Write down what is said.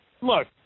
Look